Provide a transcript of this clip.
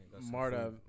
Marta